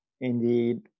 Indeed